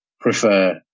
prefer